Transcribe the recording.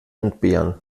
entbehren